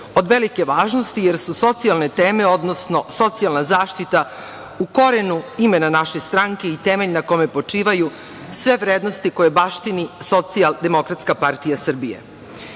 od velike važnosti, jer su socijalne teme, odnosno socijalna zaštita u korenu imena naše stranke i temelj na kome počivaju sve vrednosti koje baštini SDPS.Srbija ima